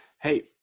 Hey